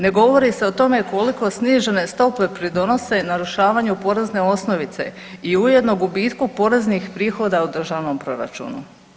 Ne govori se o tome koliko snižene stope pridonose narušavanju porezne osnovice i ujedno gubitku poreznih prihoda u državnom proračunu.